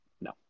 No